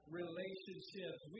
relationships